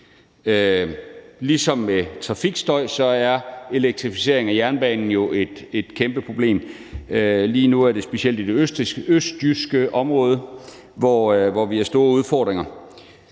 Ligesom trafikstøj er elektrificering af jernbanen jo et kæmpeproblem. Lige nu er det specielt i det østjyske område, hvor vi har store udfordringer.